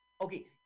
Okay